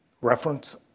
reference